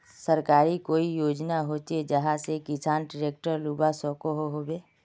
सरकारी कोई योजना होचे जहा से किसान ट्रैक्टर लुबा सकोहो होबे?